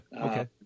okay